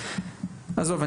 עזוב,